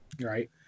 Right